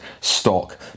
stock